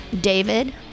David